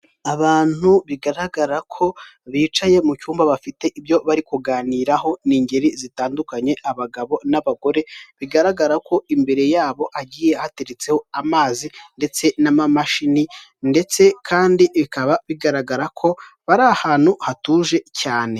Ahantu ndahabona umuntu mu kayira k'abanyamaguru arimo aragenda bika bigaragara ko hari n'undi muntu wicaye munsi y'umutaka wa emutiyeni ndetse bikaba bigaragara ko uyu muntu acuruza amayinite bikaba binagaragara ko hari imodoka y'umukara ndetse na taransifa y'amashanyarazi.